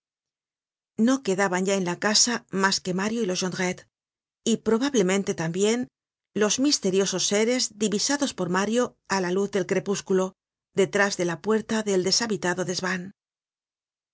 no quedaban ya en la casa mas que mario y los jondrette y probablemente tambien los misteriosos seres divisados por mario á la luz del crepúsculo detrás de la puerta del deshabitado desvan